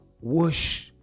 whoosh